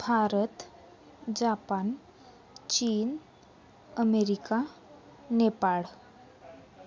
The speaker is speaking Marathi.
भारत जापान चीन अमेरीका नेपाळ